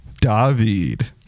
David